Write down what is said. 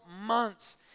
months